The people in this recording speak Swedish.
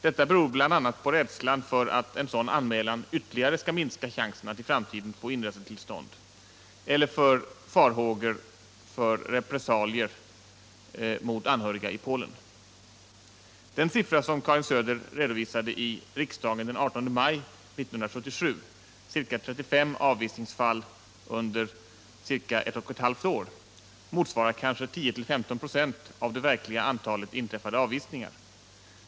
Detta beror bl.a. på rädslan för att en sådan anmälan ytterligare skulle minska chansen att i framtiden få inresetillstånd eller farhågor för repressalier mot anhöriga i Polen. Den siffra som Karin Söder redovisade i riksdagen den 18 maj 1977 — ca 35 avvisningsfall under ungefär ett och ett halvt år — motsvarar kanske 10-15 96 av det verkliga antalet avvisningar.